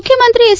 ಮುಖ್ಯಮಂತ್ರಿ ಎಚ್